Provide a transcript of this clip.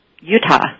Utah